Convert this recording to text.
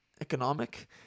Economic